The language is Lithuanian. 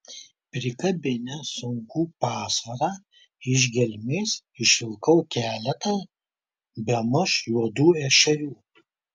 prikabinęs sunkų pasvarą iš gelmės išvilkau keletą bemaž juodų ešerių